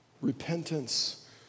repentance